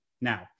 Now